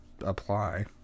apply